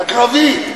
הקרבי.